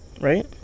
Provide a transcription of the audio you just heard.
right